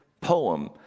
poem